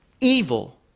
evil